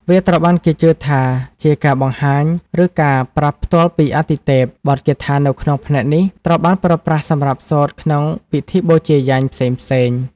វាត្រូវបានគេជឿថាជាការបង្ហាញ ឬការប្រាប់ផ្ទាល់ពីអាទិទេព។ បទគាថានៅក្នុងផ្នែកនេះត្រូវបានប្រើប្រាស់សម្រាប់សូត្រក្នុង ពិធីបូជាយញ្ញ ផ្សេងៗ។